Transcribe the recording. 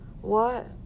What